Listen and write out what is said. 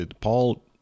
Paul